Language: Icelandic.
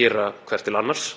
gera hvert til annars